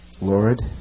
Lord